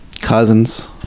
Cousins